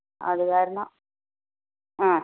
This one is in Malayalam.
അത് കാരണം ആ